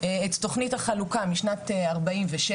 את תוכנית החלוקה משנת 1947,